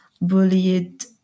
bullied